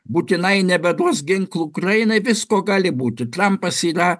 būtinai nebeduos ginklų ukrainai visko gali būti trampas yra